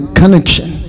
connection